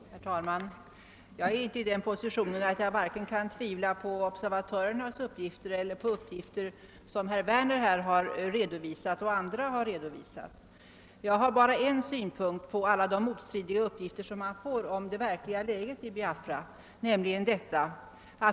Herr talman! Jag är inte i sådan position att jag kan tvivla vare sig på observatörernas uppgifter eller på de uppgifter som herr Werner och andra här har redovisat. Jag har bara en synpunkt att anföra på alla de motstridiga uppgifter vi erhåller om det verkliga läget i Biafra.